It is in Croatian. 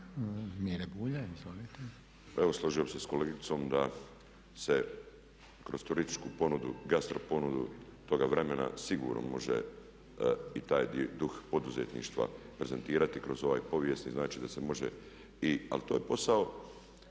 Evo slažem se sa kolegicom da se kroz turističku ponudu, gastro ponudu toga vremena sigurno može i taj duh poduzetništva prezentirati kroz ovaj povijesni, znači da se može i. Ali to je posao,